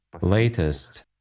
latest